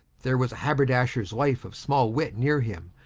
there was a habberdashers wife of small wit, neere him,